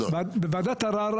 בוועדת ערר,